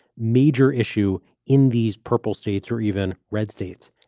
major issue in these purple states or even red states.